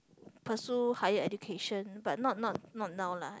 pursue higher education but not not not now lah